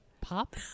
Pop